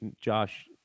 Josh